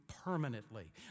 permanently